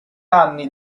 anni